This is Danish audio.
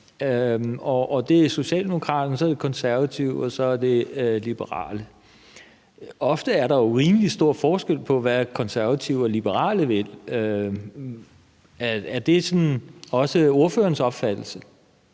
og det er socialdemokraterne, konservative og liberale. Ofte er der jo rimelig stor forskel på, hvad konservative og liberale vil. Er det også ordførerens opfattelse?